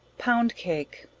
pound cake.